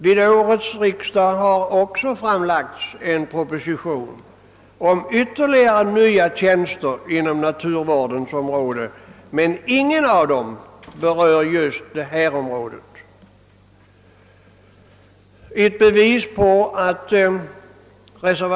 Till årets riksdag har också framlagts en proposition om ytterligare nya tjänster inom naturvården, men ingen av dem berör just det område som vi här diskuterar.